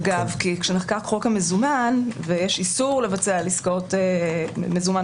כי כשנחקק חוק המזומן ויש איסור לבצע על עסקאות מזומן,